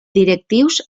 directius